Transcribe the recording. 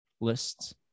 lists